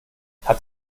hat